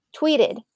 tweeted